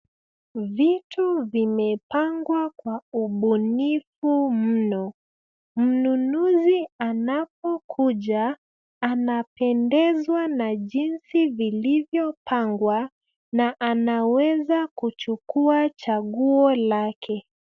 Vitu vimepangwa kwa ubunifu mno. Mnunuzi anapokuja anapendezwa na jinsi vilivyopagwa na anaweza kuchukua changuo lake.